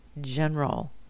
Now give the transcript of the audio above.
General